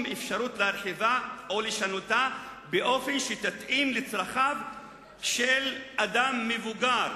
אפשרות להרחיבה או לשנותה באופן שתתאים לצרכיו של אדם מבוגר,